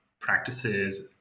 practices